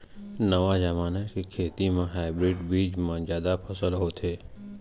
नवा जमाना के खेती म हाइब्रिड बीज म जादा फसल होथे